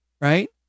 right